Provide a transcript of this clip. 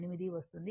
08 వస్తుంది